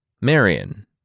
Marion